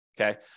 okay